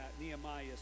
Nehemiah